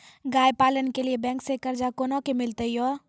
गाय पालन के लिए बैंक से कर्ज कोना के मिलते यो?